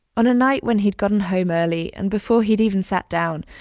on a night when he'd gotten home early and before he'd even sat down,